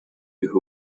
you